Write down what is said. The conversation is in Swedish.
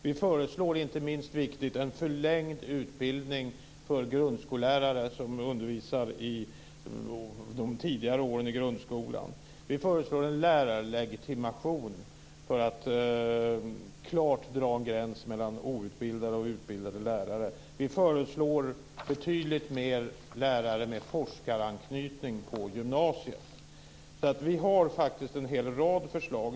Vi föreslår, inte minst viktigt, en förlängd utbildning för grundskollärare som undervisar i de tidigare åren i grundskolan. Vi föreslår en lärarlegitimation för att klart dra en gräns mellan outbildade och utbildade lärare. Vi föreslår betydligt fler lärare med forskaranknytning på gymnasiet. Vi har faktiskt en hel rad förslag.